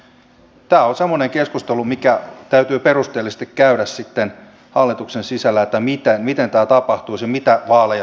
tämä on semmoinen keskustelu mikä täytyy perusteellisesti käydä sitten hallituksen sisällä että miten tämä tapahtuisi ja mitä vaaleja sitten yhdistellään